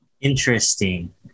Interesting